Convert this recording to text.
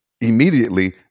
immediately